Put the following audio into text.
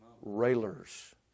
Railers